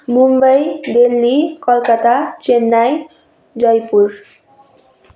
Mumbai Delhi Kolkata Chennai Jaipur